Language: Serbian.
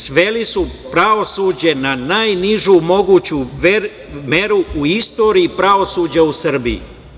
Sveli su pravosuđe na najnižu moguću meru u istoriji pravosuđa u Srbiji.